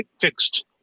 fixed